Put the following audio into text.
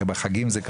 כי בחגים זה קטסטרופה.